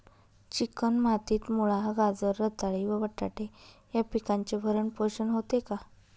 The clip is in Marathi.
चिकण मातीत मुळा, गाजर, रताळी व बटाटे या पिकांचे भरण पोषण होते का?